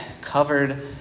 covered